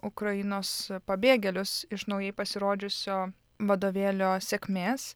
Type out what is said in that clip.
ukrainos pabėgėlius iš naujai pasirodžiusio vadovėlio sėkmės